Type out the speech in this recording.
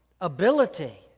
ability